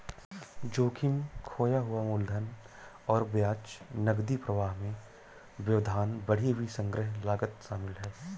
जोखिम, खोया हुआ मूलधन और ब्याज, नकदी प्रवाह में व्यवधान, बढ़ी हुई संग्रह लागत शामिल है